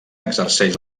exerceix